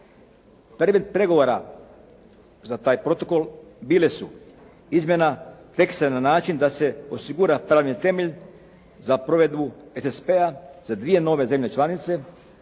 pregovora za taj protokol bile su izmjena teksta na način da se osigura pravni temelj za provedbu SSP-a za dvije nove zemlje članice